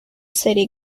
city